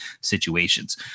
situations